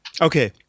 Okay